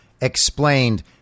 explained